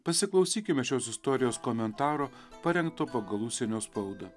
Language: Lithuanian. pasiklausykime šios istorijos komentaro parengto pagal užsienio spaudą